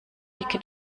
dicke